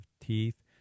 teeth